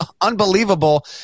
unbelievable